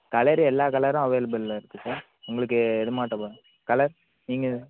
colour எல்லா கலரும் அவைலபிளில் இருக்குது சார் உங்களுக்கு எது மாட்ட பா கலர் நீங்கள்